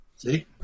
See